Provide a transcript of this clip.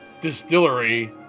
distillery